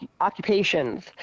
occupations